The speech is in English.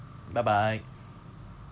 bye bye